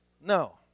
No